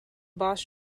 boss